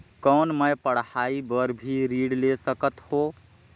कौन मै पढ़ाई बर भी ऋण ले सकत हो?